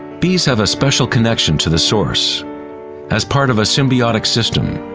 bees have a special connection to the source as part of a symbiotic system